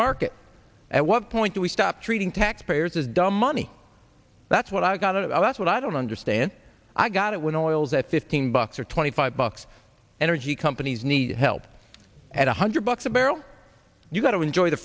market at what point do we stop treating tax payers as dumb money that's what i got out of that's what i don't understand i got it when oil is at fifteen bucks or twenty five bucks energy companies need help at one hundred bucks a barrel you've got to enjoy the